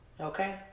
okay